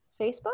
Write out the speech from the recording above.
Facebook